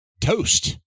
Toast